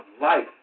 life